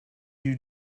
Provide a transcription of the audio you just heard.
you